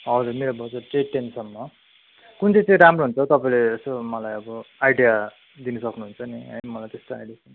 हजुर मेरो बजट चाहिँ टेनसम्म कुन चाहिँ चाहिँ राम्रो हुन्छ तपाईँले यसो मलाई अब आइडिया दिन सक्नुहुन्छ नि है मलाई त्यस्तो आइडिया छैन